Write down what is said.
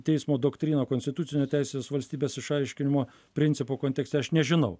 teismo doktriną konstitucinio teisinės valstybės išaiškinimo principo kontekste aš nežinau